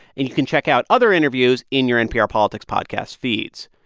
and you can check out other interviews in your npr politics podcast feeds.